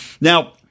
Now